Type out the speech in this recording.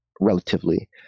relatively